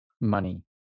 money